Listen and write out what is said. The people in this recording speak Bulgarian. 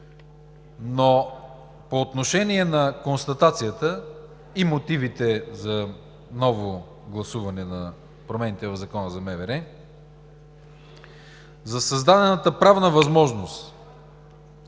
По отношение на констатацията и мотивите за ново гласуване на промените в Закона за МВР обаче, за създадената правна възможност